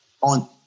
on